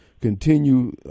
continue